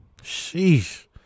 Sheesh